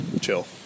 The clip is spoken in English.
chill